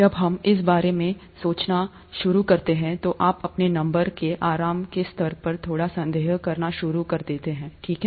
जब आप इस बारे में सोचना शुरू करते हैं तो आप अपने नंबर के आराम के स्तर पर थोड़ा संदेह करना शुरू कर देते हैं ठीक है